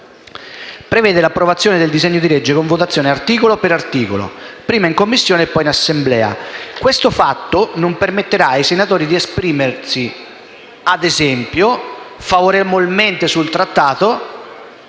prevedente l'approvazione del disegno di legge con votazione articolo per articolo, prima in Commissione e poi in Assemblea - non permetterà ai Senatori di esprimersi, a mero titolo d'esempio, favorevolmente sul Trattato